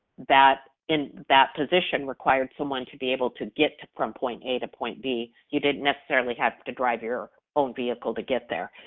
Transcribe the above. that in that position required someone to be able to get from point a to point b, you didn't necessarily have to drive your own vehicle to get there,